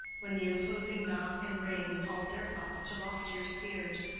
when the imposing knock and ring called their thoughts to loftier spheres,